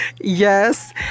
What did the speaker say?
yes